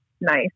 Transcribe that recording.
nice